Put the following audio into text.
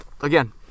again